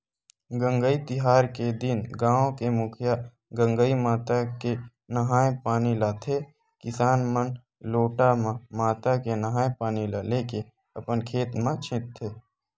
गंगई तिहार के दिन गाँव के मुखिया गंगई माता के नंहाय पानी लाथे किसान मन लोटा म माता के नंहाय पानी ल लेके अपन खेत म छींचथे